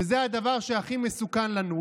וזה הדבר שהכי מסוכן לנו.